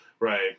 Right